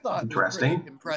interesting